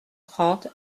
trente